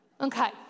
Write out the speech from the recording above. Okay